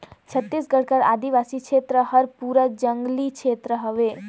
छत्तीसगढ़ कर आदिवासी छेत्र हर पूरा जंगली छेत्र हवे